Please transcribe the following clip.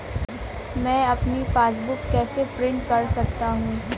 मैं अपनी पासबुक कैसे प्रिंट कर सकता हूँ?